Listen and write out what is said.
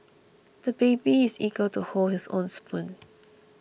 the baby is eager to hold his own spoon